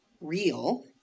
real